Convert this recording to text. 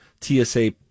TSA